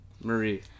marie